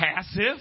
passive